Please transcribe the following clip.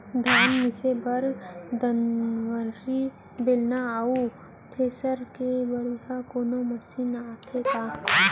धान मिसे बर दंवरि, बेलन अऊ थ्रेसर ले बढ़िया कोनो मशीन आथे का?